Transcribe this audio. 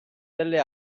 delle